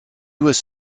was